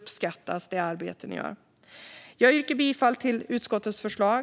Jag yrkar bifall till utskottets förslag.